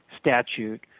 statute